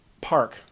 park